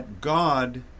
God